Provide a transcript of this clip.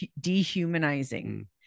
dehumanizing